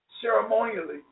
ceremonially